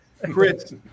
Chris